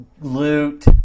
loot